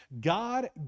God